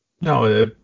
No